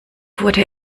wurde